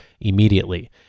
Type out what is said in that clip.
immediately